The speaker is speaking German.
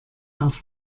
auf